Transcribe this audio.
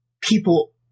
people